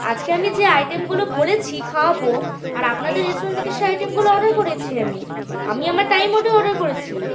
আজকে আমি যে আইটেমগুলো বলেছি খাওয়াবো আর আপনাদের রেস্টুরেন্ট থেকে সে আইটেমগুলো অর্ডার করিয়েছি আমি আমি আমার টাইম মতো অর্ডার করেছি